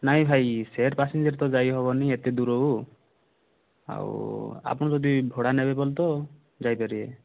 ନାଇଁ ଭାଇ share passenger ତ ଯାଇ ହେବନି ଏତେ ଦୂରକୁ ଆଉ ଆପଣ ଯଦି ଭଡ଼ା ନେବେ ବେଲେତ ଯାଇପାରିବେ